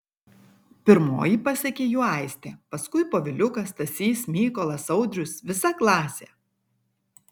pirmoji pasekė juo aistė paskui poviliukas stasys mykolas audrius visa klasė